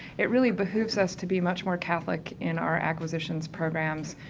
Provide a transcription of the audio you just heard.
it really behooves us to be much more catholic in our acquisitions programs.